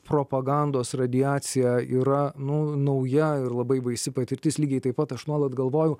propagandos radiaciją yra nu nauja ir labai baisi patirtis lygiai taip pat aš nuolat galvoju